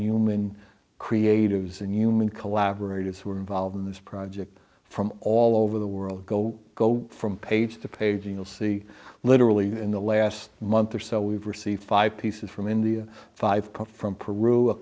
human creatives and human collaborators who are involved in this project from all over the world go go from page to page you'll see literally in the last month or so we've received five pieces from india five come from peru a